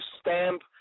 stamp